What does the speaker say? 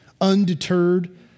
Undeterred